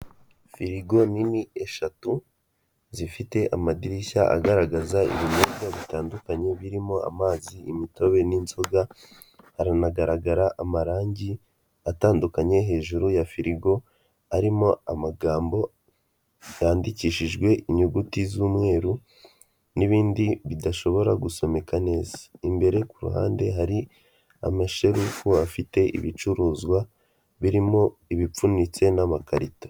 Firigo nini eshatu zifite amadirishya agaragaza ibinyobwa bitandukanye birimo amazi, imitobe n'inzoga haranagaragara amarangi atandukanye hejuru ya firigo arimo amagambo yandikishijwe inyuguti z'umweru n'ibindi bidashobora gusomeka neza, imbere ku ruhande hari amasherufu afite ibicuruzwa birimo ibipfunyitse n'amakarita.